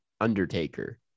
undertaker